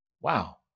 Wow